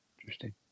Interesting